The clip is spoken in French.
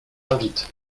invite